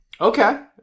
okay